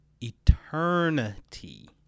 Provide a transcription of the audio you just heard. eternity